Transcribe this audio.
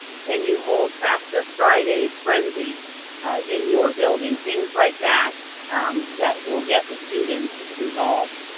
can you hold fafsa friday frenzy in your building, things like that that will get the students involved.